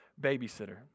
babysitter